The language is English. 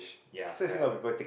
ya correct